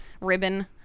ribbon